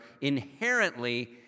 inherently